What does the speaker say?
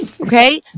okay